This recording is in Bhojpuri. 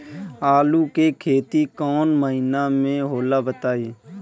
आलू के खेती कौन महीना में होला बताई?